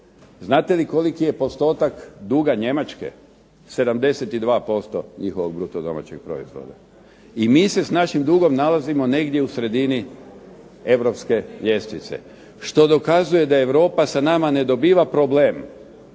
Znate li koliki je postotak duga Njemačke? 72% njihovog bruto domaćeg proizvoda. I mi se s našim dugom nalazimo u sredini europske ljestvice, što dokazuje da Europa sa nama ne dobiva problem.